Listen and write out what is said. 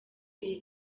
iyi